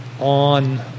on